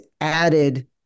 added